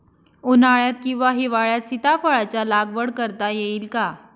उन्हाळ्यात किंवा हिवाळ्यात सीताफळाच्या लागवड करता येईल का?